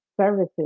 services